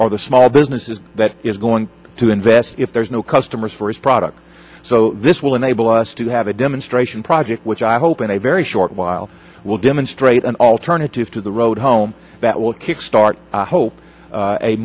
or the small businesses that is going to invest if there's no customers for his product so this will enable us to have a demonstration project which i hope in a very short while will demonstrate an alternative to the road home that will kickstart hope